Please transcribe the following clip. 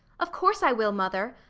of course i will, mother,